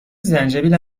زنجبیل